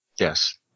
Yes